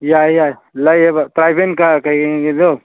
ꯌꯥꯏ ꯌꯥꯏ ꯂꯩꯌꯦꯕ ꯇ꯭ꯔꯥꯏꯕꯦꯜ